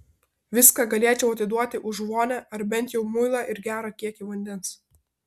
viską galėčiau atiduoti už vonią ar bent jau muilą ir gerą kiekį vandens